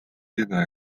pidada